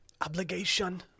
Obligation